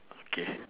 okay